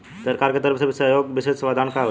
सरकार के तरफ से सहयोग के विशेष प्रावधान का हई?